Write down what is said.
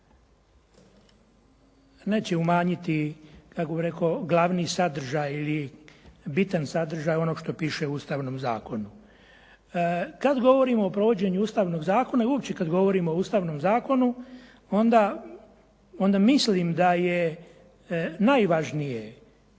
neće umanjiti kako bih rekao glavni sadržaj ili bitan sadržaj onoga što piše u Ustavnom zakonu. Kad govorimo o provođenju Ustavnog zakona i uopće kad govorimo o Ustavnom zakonu onda mislim da je najvažnije